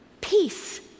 peace